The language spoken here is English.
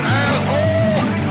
asshole